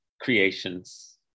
creations